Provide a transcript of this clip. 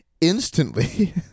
Instantly